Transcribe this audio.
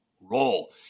roll